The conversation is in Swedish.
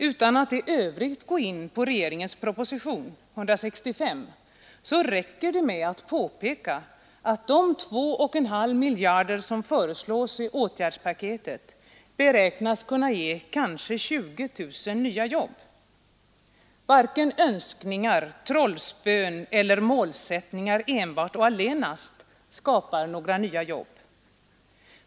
Utan att i övrigt gå in på regeringens proposition nr 165 vill jag påpeka att de 2 1/2 miljarder som föreslås i åtgärdspaketet beräknas kunna ge kanske 20 000 nya jobb. Varken önskningar, trollspön eller målsättningar enbart och allenast skapar några nya jobb.